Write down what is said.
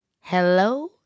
Hello